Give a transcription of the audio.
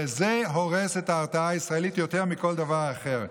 וזה הורס את ההרתעה הישראלית יותר מכל דבר אחר.